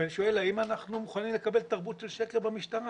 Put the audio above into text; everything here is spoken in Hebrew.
ואני שואל האם אנחנו מוכנים לקבל תרבות של שקר במשטרה.